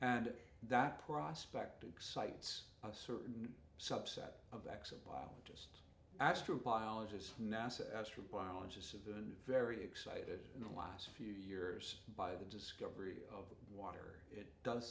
and that prospect excites a certain subset of acts of biologist astrobiologist nasa astrobiology civilian very excited in the last few years by the discovery of water it does